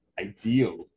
ideal